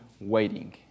waiting